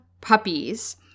puppies